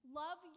love